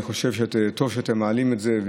אני חושב שטוב שאתם מעלים את זה,